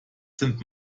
sind